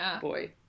boy